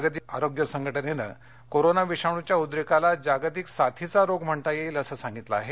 जागतिक आरोग्य संघटनेनं कोरोनाविषाणूच्या उद्रेकाला जागतिक साथीचा रोग म्हणता येईल असं सांगितलं आहे